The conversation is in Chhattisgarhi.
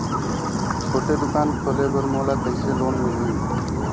छोटे दुकान खोले बर मोला कइसे लोन मिलही?